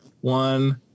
one